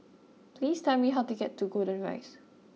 please tell me how to get to Golden Rise